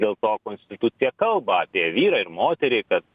dėl to konstitucija kalba apie vyrą ir moterį kad